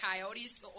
Coyotes